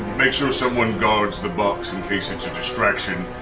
make sure someone guards the box in case it's a distraction.